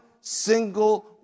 single